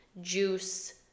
juice